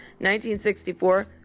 1964